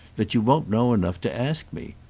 that you won't know enough to ask me.